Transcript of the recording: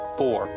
four